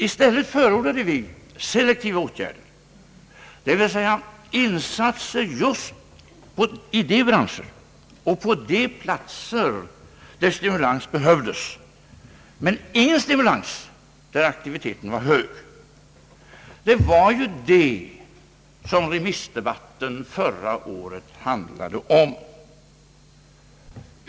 I stället förordade vi selektiva åtgärder, d.v.s. insatser just i de branscher och på de platser där stimulans behövdes, men ingen stimulans där aktiviteten var hög. Det var ju det som remissdebatten förra året handlade om.